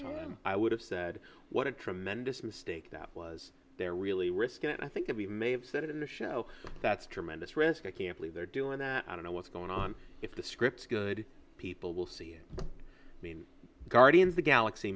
time i would have said what a tremendous mistake that was there really risk and i think that we may have said it in the show that's tremendous risk i can't believe they're doing that i don't know what's going on if the scripts good people will see it i mean guardians the galaxy